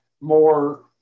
more